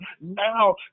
now